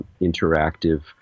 interactive